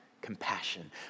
compassion